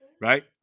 Right